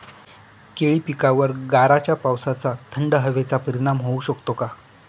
केळी पिकावर गाराच्या पावसाचा, थंड हवेचा परिणाम होऊ शकतो का?